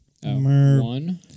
One